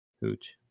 Hooch